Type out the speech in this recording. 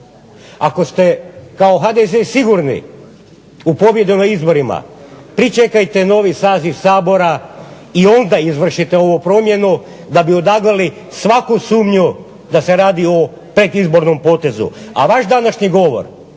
ako ste kao HDZ sigurni u pobjedu na izborima, pričekajte novi saziv Sabora i onda izvršite ovu promjenu da bi odagnali svaku sumnju da se radi o predizbornom potezu. A vaš današnji govor